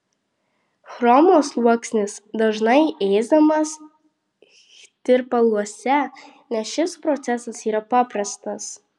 chromo sluoksnis dažnai ėsdinamas tirpaluose nes šis procesas yra paprastas